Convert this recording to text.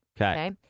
Okay